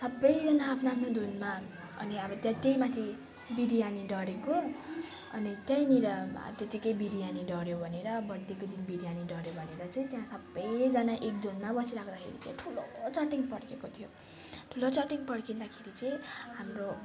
सबैजना आफ्नो आफ्नो धुनमा अनि अब त्यहीँमाथि बिरयानी डडेको अनि त्यहीनिर त्यतिकै बिरयानी डड्यो भनेर बर्थडेको दिन बिरयानी डड्यो भनेर चाहिँ त्यहाँ सबैजना एकधुनमा बसिरहँदाखेरि चाहिँ त्यहाँ ठुलो चट्याङ पढ्केको थियो ठुलो चट्याङ पढ्किँदाखेरि चाहिँ हाम्रो